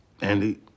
Andy